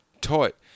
taught